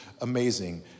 amazing